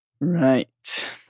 Right